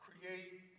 create